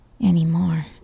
anymore